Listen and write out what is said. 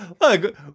look